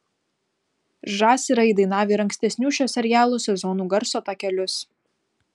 žas yra įdainavę ir ankstesnių šio serialo sezonų garso takelius